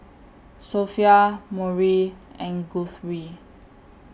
Sophia Maury and Guthrie